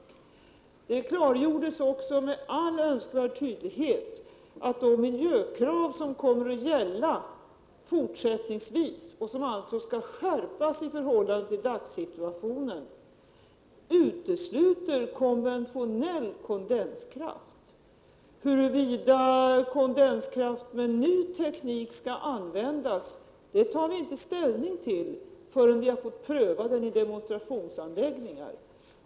Det klargjordes också med all önskvärd tydlighet att de i förhållande till dagens situation skärpta miljökrav som fortsättningsvis kommer att gälla utesluter konventionell kondenskraft. Huruvida kondenskraft med ny teknik skall komma att användas tar vi inte ställning till förrän vi prövat den i demonstrationsanläggningar.